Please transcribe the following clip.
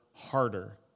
harder